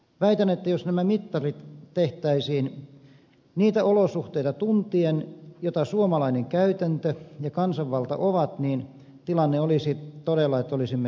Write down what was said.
väitän että jos nämä mittarit tehtäisiin suomalaista käytäntöä ja kansanvaltaa koskevat olosuhteet tuntien tilanne olisi todella se että olisimme priimus